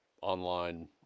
online